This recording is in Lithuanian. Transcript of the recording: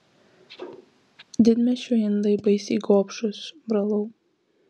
didmiesčių indai baisiai gobšūs brolau